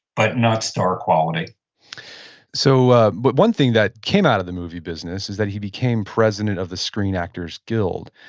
but not star quality so ah but one thing that came out of the movie business is that he became president of the screen actors guild.